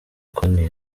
konti